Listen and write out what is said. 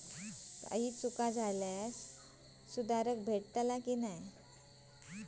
काही चूक झाल्यास सुधारक भेटता की नाय?